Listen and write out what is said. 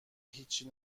هیچی